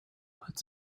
puts